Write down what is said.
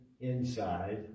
inside